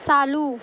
चालू